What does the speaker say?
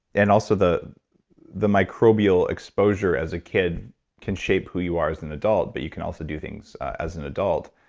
and also, the the microbial exposure as a kid can shape who you are as an adult, but you can also do things as an adult.